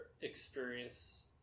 experience